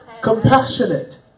compassionate